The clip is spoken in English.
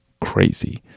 crazy